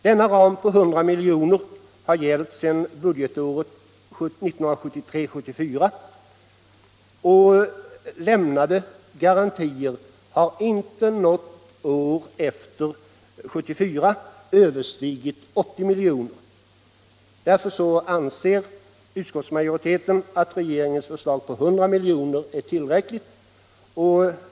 Denna ram på 100 miljoner har gällt sedan budgetåret 1973/74, och lämnade garantier har inte något år efter 1974 överstigit 80 miljoner. Därför anser utskottsmajoriteten att regeringens förslag på 100 miljoner är tillräckligt.